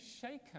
shaken